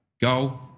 go